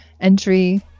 entry